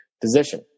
position